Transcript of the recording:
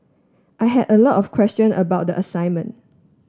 I had a lot of question about the assignment